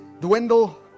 Dwindle